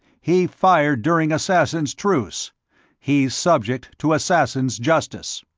he fired during assassins' truce he's subject to assassins' justice!